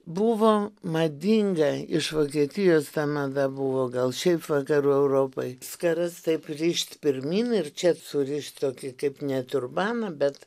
buvo madinga iš vokietijos mada buvo gal šiaip vakarų europoj skaras taip rišt pirmyn ir čia surišt tokį kaip ne turbaną bet